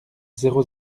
zéro